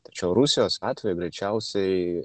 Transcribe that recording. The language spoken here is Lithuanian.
tačiau rusijos atveju greičiausiai